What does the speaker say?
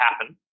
happen